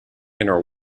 inner